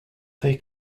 they